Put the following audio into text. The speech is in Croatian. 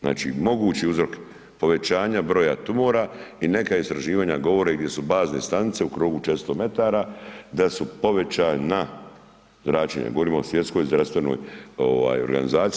Znači, moguće uzrok povećanja broja tumora i neka istraživanja govore gdje su bazne stanice u krugu 400 metara da su povećana zračenja, govorim o Svjetskoj zdravstvenoj organizaciji.